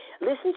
Listen